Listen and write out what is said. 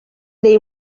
neu